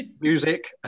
music